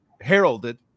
heralded